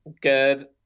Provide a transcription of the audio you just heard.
Good